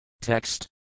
Text